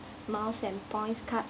miles and points cards